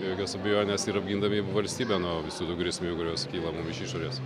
be jokios abejonės ir apgindami valstybę nuo visų grėsmių kurios kyla mum iš išorės